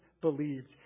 believed